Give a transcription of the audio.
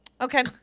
Okay